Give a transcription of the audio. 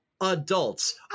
Adults